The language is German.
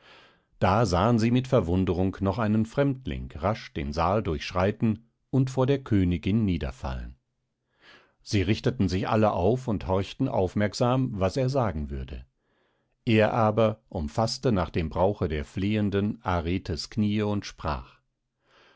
da sahen sie mit verwunderung noch einen fremdling rasch den saal durchschreiten und vor der königin niederfallen sie richteten sich alle auf und horchten aufmerksam was er sagen würde er aber umfaßte nach dem brauche der flehenden aretes kniee und sprach